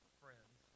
friends